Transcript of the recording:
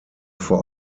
vor